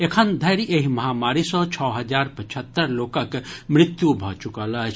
एखन धरि एहि महामारी सँ छओ हजार पचहत्तर लोकक मृत्यु भऽ चुकल अछि